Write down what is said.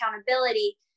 accountability